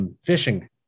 Fishing